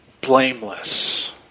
blameless